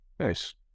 Nice